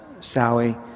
Sally